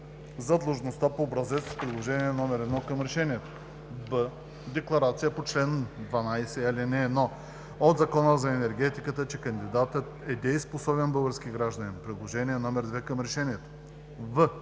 за длъжността по образец – приложение № 1 към решението; б) декларация по чл. 12, ал. 1 от Закона за енергетиката, че кандидатът е дееспособен български гражданин – приложение № 2 към решението; в)